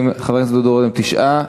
חבר הכנסת דודו רותם 9,